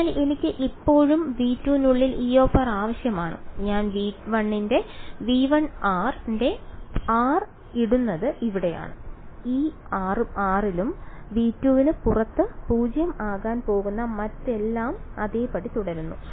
അതിനാൽ എനിക്ക് ഇപ്പോഴും V2 നുള്ളിൽ E ആവശ്യമാണ് ഞാൻ V1 ന്റെ V1r ന്റെ r ഇടുന്നത് ഇവിടെയാണ് ഈ r ലും V2 ന് പുറത്ത് 0 ആകാൻ പോകുന്ന മറ്റെല്ലാം അതേപടി തുടരുന്നു